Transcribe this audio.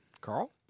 Carl